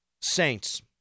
Saints